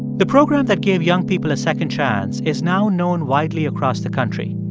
the program that gave young people a second chance is now known widely across the country.